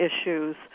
issues